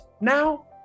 now